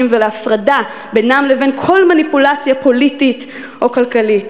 ולהפרדה בינם לבין כל מניפולציה פוליטית או כלכלית.